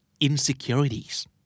insecurities